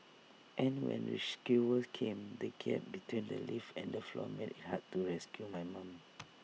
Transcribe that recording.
and when rescuers came the gap between the lift and the floor made IT hard to rescue my mum